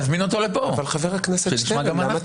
תזמין אותו לכאן שגם אנחנו